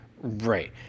Right